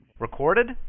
Recorded